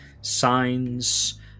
signs